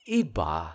iba